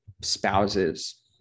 spouses